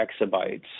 exabytes